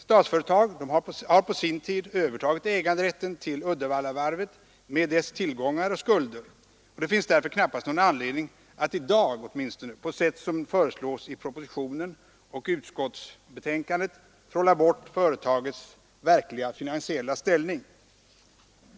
Statsföretag har på sin tid övertagit äganderätten till Uddevallavarvet med dess tillgångar och skulder, och det finns därför knappast någon anledning att i dag på sätt som föreslås i propositionen och i utskottsbetänkandet trolla bort företagets verkliga finansiella ställning.